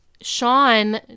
Sean